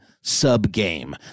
sub-game